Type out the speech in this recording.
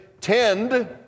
tend